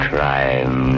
Crime